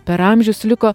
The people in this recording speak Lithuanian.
per amžius liko